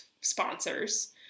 sponsors